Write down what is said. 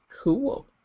Cool